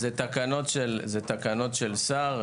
זה תקנות של שר.